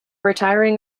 retiring